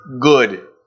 good